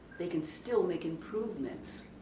they can still make improvements.